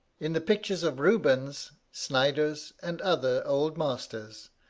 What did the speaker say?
in the pictures of rubens, snyders, and other old masters,